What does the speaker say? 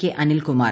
K Anilkumar